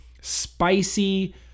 spicy